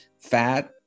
Fat